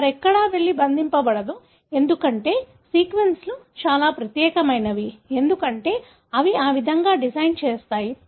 అది మరెక్కడా వెళ్లి బంధింపడదు ఎందుకంటే సీక్వెన్స్లు చాలా ప్రత్యేకమైనవి ఎందుకంటే అవి ఆ విధంగా డిజైన్ చేస్తాయి